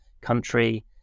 country